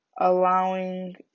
Allowing